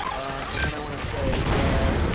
and then i want to say, let,